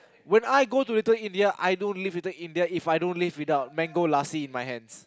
when I go to Little-India I don't leave Little-India If I don't leave without mango lassi in my hands